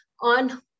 on